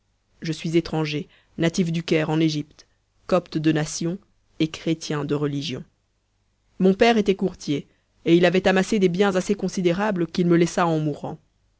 je suis étranger natif du caire en égypte copte de nation et chrétien de religion mon père était courtier et il avait amassé des biens assez considérables qu'il me laissa en mourant